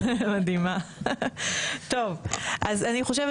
אני חושבת